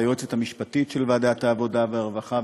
היועצת המשפטית של ועדת העבודה והרווחה,